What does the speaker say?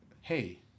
hey